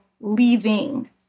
leaving